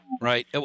Right